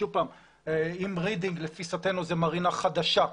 עם רידינג שלתפיסתנו היא מרינה חדשה.